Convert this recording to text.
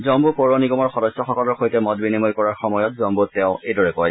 জম্মু পৌৰ নিগমৰ সদস্যসকলৰ সৈতে মত বিনিময় কৰাৰ সময়ত জম্মুত তেওঁ এইদৰে কয়